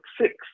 six